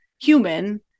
human